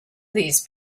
these